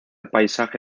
paisaje